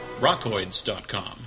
rockoids.com